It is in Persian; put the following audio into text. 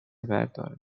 برداره